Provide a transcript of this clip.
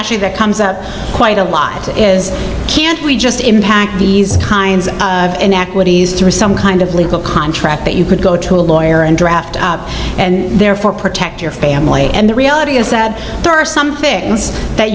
actually that comes up quite a lot is can't we just impact these kinds of through some kind of legal contract that you could go to a lawyer and draft up and therefore protect your family and the reality is sad there are some things that